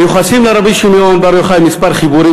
מיוחסים לרבי שמעון בר יוחאי כמה חיבורים